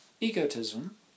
egotism